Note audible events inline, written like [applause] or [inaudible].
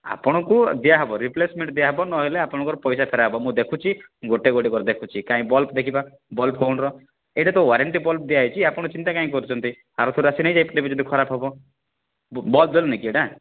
ଆପଣଙ୍କୁ ଦିଆ ହବ ରିପ୍ଲେସମେଣ୍ଟ ଦିଆ ହବ ନ ହେଲେ ଆପଣଙ୍କ ପଇସା ଫେରା ହବ ମୁଁ ଦେଖୁଛି ଗୋଟେ ଗୋଟେ କରି ଦେଖୁଛି କାଇଁ ବଲ୍ ଦେଖିବା ବଲ୍ବ [unintelligible] ଏଇଟା ୱାରେଣ୍ଟି ବଲ୍ବ ଦିଆ ହେଇଛି ଆପଣ ଚିନ୍ତା କାଇଁ କରୁଛନ୍ତି ଆର ଥର ଆସି ନେଇ ଯାଇ ଥିବେ କି ଯଦି ଖରାପ ହବ ବଲ୍ବ ଜଳୁନି ଆଜ୍ଞା